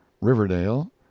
Riverdale